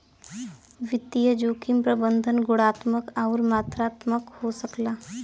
वित्तीय जोखिम प्रबंधन गुणात्मक आउर मात्रात्मक हो सकला